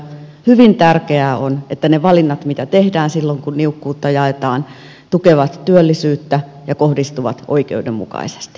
hyvin tärkeää on että ne valinnat mitä tehdään silloin kun niukkuutta jaetaan tukevat työllisyyttä ja kohdistuvat oikeudenmukaisesti